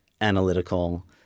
analytical